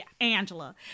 Angela